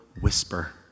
whisper